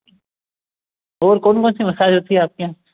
और कौन कौनसी मसाज रहती है आपके यहाँ